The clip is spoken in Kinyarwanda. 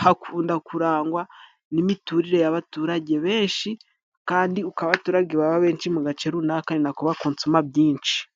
hakunda kurangwa n'imiturire y'abaturage benshi kandi uko abaturage baba benshi mu gace runaka ninako bakonsoma byinshi.